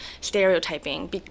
stereotyping